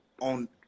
on